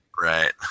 Right